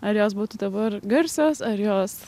ar jos būtų dabar garsios ar jos